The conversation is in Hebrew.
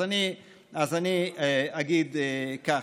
אז אני אגיד כך: